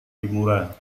kimura